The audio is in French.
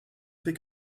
fait